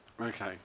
okay